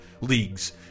leagues